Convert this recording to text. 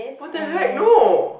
what the heck no